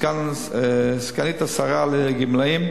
סגנית השר לענייני הגמלאים.